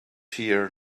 here